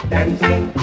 Dancing